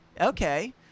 Okay